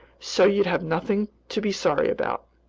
so you have nothing to be sorry about.